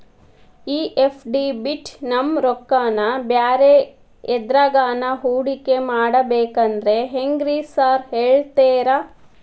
ಈ ಎಫ್.ಡಿ ಬಿಟ್ ನಮ್ ರೊಕ್ಕನಾ ಬ್ಯಾರೆ ಎದ್ರಾಗಾನ ಹೂಡಿಕೆ ಮಾಡಬೇಕಂದ್ರೆ ಹೆಂಗ್ರಿ ಸಾರ್ ಹೇಳ್ತೇರಾ?